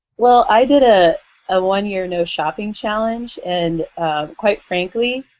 well, i did a ah one year no shopping challenge and quite frankly,